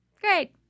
Great